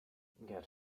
get